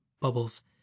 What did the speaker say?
bubbles